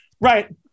right